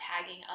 tagging